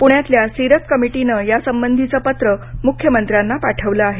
पूण्यातल्या सीरत कमिटीनं यासंबधीचं पत्र मुख्यमंत्र्यांना पाठविलं आहे